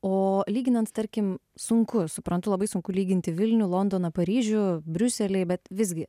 o lyginant tarkim sunku suprantu labai sunku lyginti vilnių londoną paryžių briuselį bet visgi